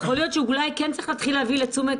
יכול להיות שאולי כן צריך להתחיל להביא לתשומת